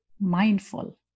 mindful